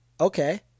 okay